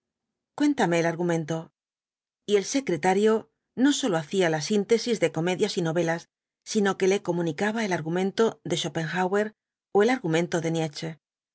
cuéntame el argumento y el secretario no sólo hacía la síntesis de comedias y novelas sino que le comunicaba el argumento de schopenhauer ó el argumento de